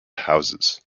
houses